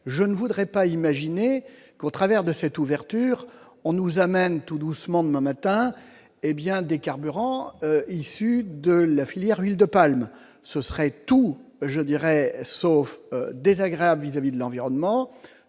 je ne voudrais pas imaginer qu'au travers de cette ouverture, on nous amène tout doucement de Manhattan et bien des carburants issus de la filière huile de palme, ce serait tout je dirais sauf désagréable vis-à-vis de l'environnement